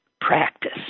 practice